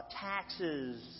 taxes